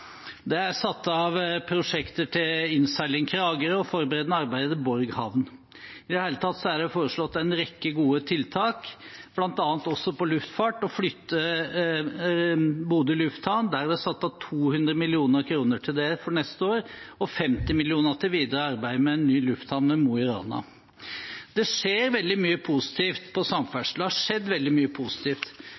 Det er satt av penger til prosjekter som innseiling Kragerø og forberedende arbeid med Borg havn. I det hele tatt er det foreslått en rekke gode tiltak, også for luftfart, som å flytte Bodø lufthavn. Det er satt av 200 mill. kr til det for neste år, og 50 mill. kr til videre arbeid med ny lufthavn ved Mo i Rana. Det har skjedd veldig mye positivt på